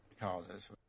causes